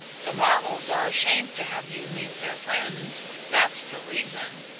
the marvells are ashamed to have you meet their friends that's the reason.